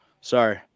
Sorry